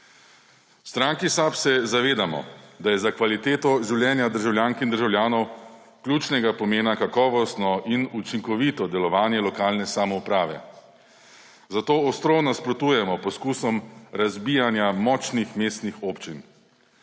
V stranki SAB se zavedamo, da je za kvaliteto življenja državljank in državljanov ključnega pomena kakovostno in učinkovito delovanje lokalne samouprave, zato ostro nasprotujemo poskusom razbijanja močnih mestnih občin.